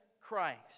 Christ